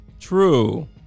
True